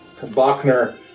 Bachner